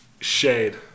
Shade